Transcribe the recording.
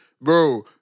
bro